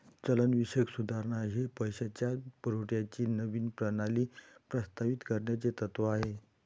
चलनविषयक सुधारणा हे पैशाच्या पुरवठ्याची नवीन प्रणाली प्रस्तावित करण्याचे तत्त्व आहे